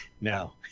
No